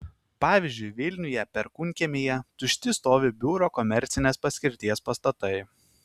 pavyzdžiui vilniuje perkūnkiemyje tušti stovi biuro komercinės paskirties pastatai